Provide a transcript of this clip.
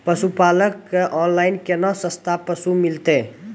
पशुपालक कऽ ऑनलाइन केना सस्ता पसु मिलतै?